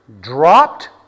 dropped